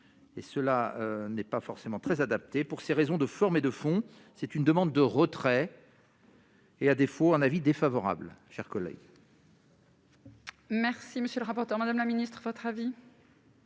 et cela n'est pas forcément très adapté pour ces raisons de forme et de fond, c'est une demande de retrait. Et à défaut, un avis défavorable, chers collègues. Merci, monsieur le rapporteur, Madame la Ministre votre avis.